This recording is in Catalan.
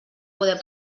poder